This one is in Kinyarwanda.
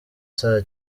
saa